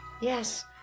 Yes